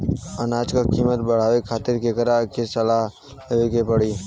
अनाज क कीमत बढ़ावे खातिर केकरा से सलाह लेवे के पड़ी?